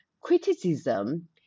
criticism